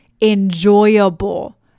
enjoyable